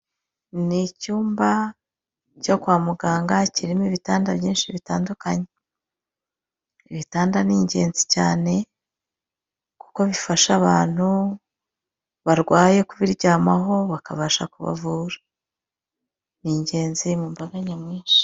Ni icyumba cyo kwa muganga kirimo ibitanda byinshi bitandukanye. Ibitanda ni ingenzi cyane, kuko bifasha abantu barwaye kubiryamaho bakabasha kubavura. Ni ingenzi mu mbaga nyamwinshi.